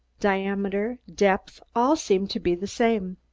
diameter, depth, all seemed to be the same.